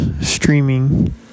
streaming